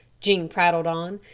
jean prattled on.